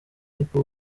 ariko